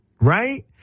right